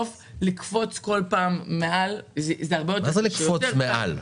לקפוץ כל פעם מעל זה הרבה יותר --- מה זה לקפוץ מעל?